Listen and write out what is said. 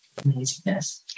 amazingness